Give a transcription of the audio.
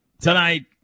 tonight